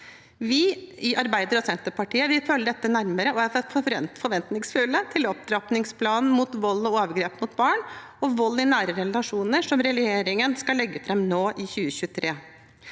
Vi i Arbeiderpartiet og Senterpartiet vil følge dette nærmere og er forventningsfulle til opptrappingsplanen mot vold og overgrep mot barn og vold i nære relasjoner, som regjeringen skal legge fram nå i 2023.